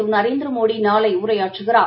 திருநரேந்திரமோடிநாளைஉரையாற்றுகிறார்